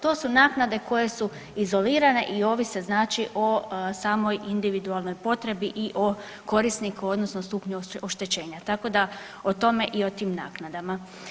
To su naknade koje su izolirane i ovise znači o samoj individualnoj potrebi i o korisniku odnosno stupnju oštećenja, tako da o tome i o tim naknadama.